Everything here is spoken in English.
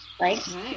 right